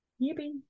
Yippee